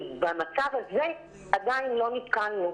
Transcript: כי במצב הזה עדיין לא נתקלנו,